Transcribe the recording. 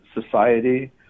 society